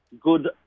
Good